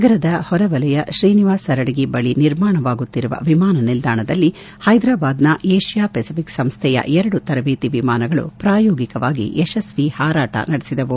ನಗರದ ಹೊರ ವಲಯ ಶ್ರೀನಿವಾಸ್ ಸರಡಗಿ ಬಳಿ ನಿರ್ಮಾಣವಾಗುತ್ತಿರುವ ವಿಮಾನ ನಿಲ್ದಾಣದಲ್ಲಿ ಹೈದರಾಬಾದ್ನ ಏಷ್ಯಾ ಫೆಸಿಫಿಕ್ ಸಂಸೈಯ ಎರಡು ತರಬೇತಿ ವಿಮಾನಗಳು ಪ್ರಾಯೋಗಿಕವಾಗಿ ಯಶಸ್ವಿ ಹಾರಾಟ ನಡೆಸಿದವು